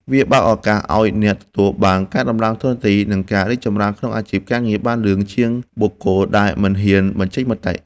វាបើកឱកាសឱ្យអ្នកទទួលបានការតម្លើងតួនាទី និងការរីកចម្រើនក្នុងអាជីពការងារបានលឿនជាងបុគ្គលដែលមិនហ៊ានបញ្ចេញមតិ។